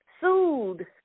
sued